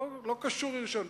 לא קשור לרשיון.